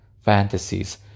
fantasies